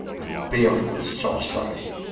and balefull sorcerie